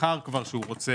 שבחר שרוצה